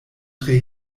tre